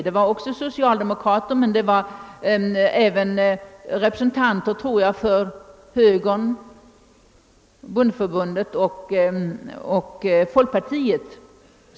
Det var också då socialdemokrater som motionerade, men även — tror jag — representanter för högern, bondeförbundet och folkpartiet.